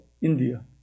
India